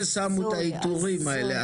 כששמו את האיתורים האלה,